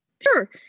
Sure